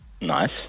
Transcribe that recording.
Nice